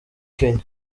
kenya